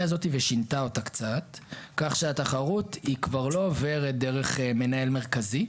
הזאת ושינתה אותה קצת כך שהתחרות כבר לא עוברת דרך מנהל מרכזי,